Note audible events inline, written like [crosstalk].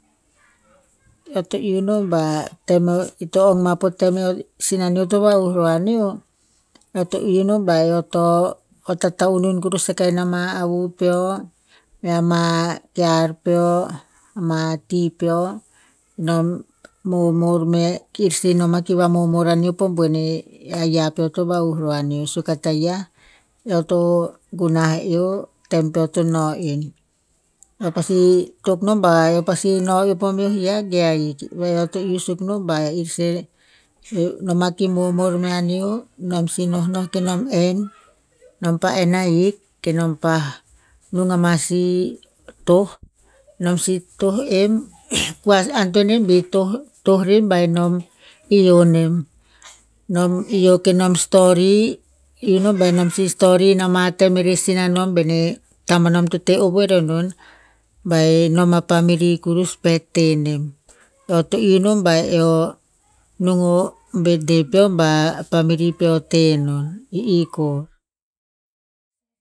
Eo to iu no ba, tem o, ito ong ma po tem eo, sina neo to vahuh ro a neo, eo to iu ba eo to, vatata'unun kurus akah ina ma avu peo, mea ma kear peo, ma ti peo, nom momor me, kir si noma kir si noma ki vamomor aneo po boen eh, eh ayiah peo to vahuh ro aneo suk a tayiah, eo to gunah eo, tem peo to no en. Eo pasi tok no ba, eo pasi no eo po meo yia ge ahik. Ve eo to iu suk no bah, ir sih, noma i momor mea neo, nom si nohnoh ke nom en, nom pa en ahik ke nom pah, nung ama sih toh. Nom si toh em, [noise] kua si antoen rer ba enom ihio nem. Nom ihio ke nom stori, iu ba enom si stori ina ma tem ere sina nom bene tamanom to te ovoe ro enon. Ba enom a family te kurus pet tenem. Eo to iu no ba e eo nung o bet dei peo ba pamiri peo te non. E i kor. [noise]